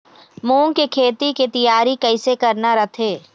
मूंग के खेती के तियारी कइसे करना रथे?